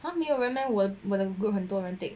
!huh! 没有人 meh 我的 group 很多人 take